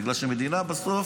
בגלל שמדינה בסוף